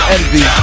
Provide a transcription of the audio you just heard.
Envy